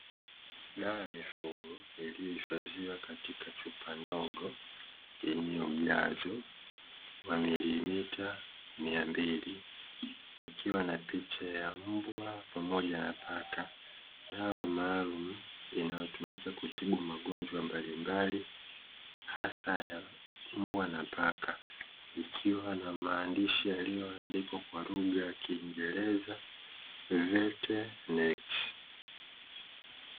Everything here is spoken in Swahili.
Dawa ya mifugo iliyohifadhiwa katika chupa ndogo yenye ujazo wa milimita mia mbili; ikiwa na picha ya mbwa pamoja na paka. Dawa maalumu inayotumika kutibu magonjwa mbalimbali hasa ya mbwa na paka, ikiwa na maandishi yaliyoandikwa kwa lugha ya kiingereza "Vetenex".